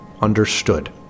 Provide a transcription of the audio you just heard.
Understood